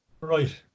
Right